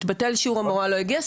התבטל שיעור והמורה לא הגיע,